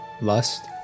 lust